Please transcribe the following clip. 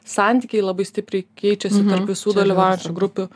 santykiai labai stipriai keičiasi tarp visų dalyvaujančių grupių